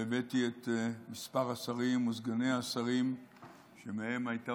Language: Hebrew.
והבאתי את מספר השרים וסגני השרים שמהם הייתה